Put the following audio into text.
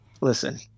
Listen